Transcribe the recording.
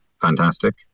fantastic